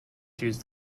choose